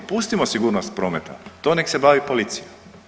Pustimo sigurnost prometa, to nek' se bavi policija.